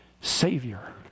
Savior